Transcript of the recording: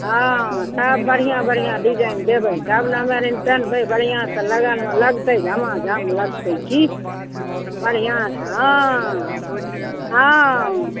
हँ सब बढिऑं बढिऑं डिजाइन देबै तब ने हम एहि सबमे बढिऑंसँ लगनमे लगतै झमाझम लगतै की बढिऑंसँ हँ हँ